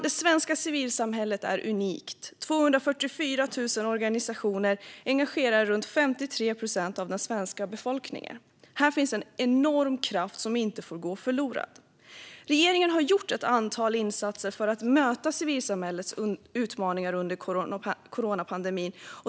Det svenska civilsamhället är unikt. 244 000 organisationer engagerar runt 53 procent av den svenska befolkningen. Här finns en enorm kraft som inte får gå förlorad. Regeringen har gjort ett antal insatser för att möta civilsamhällets utmaningar under coronapandemin.